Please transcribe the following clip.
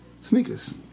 sneakers